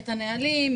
את הנהלים,